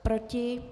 Proti?